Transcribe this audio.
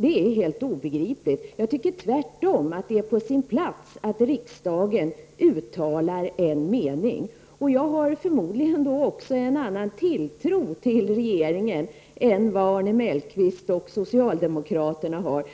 Det är helt obegripligt. Jag tycker tvärtom att det är på sin plats att riksdagen uttalar en mening. Jag har förmodligen också en annan tilltro till regeringen än vad Arne Mellqvist och socialdemokraterna har.